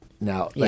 Now